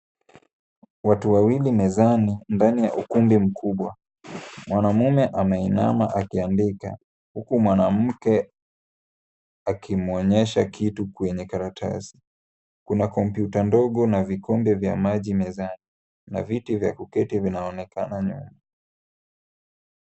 Watu wawili mezani ndani ya ukumbi mkubwa. Mwanaume ameinama akiandika huku mwanamke akimwonyesha kitu kwenye karatasi. Kuna kompyuta ndogo na vikombe vya maji mezani na viti vya uketi vinaonekana nyuma.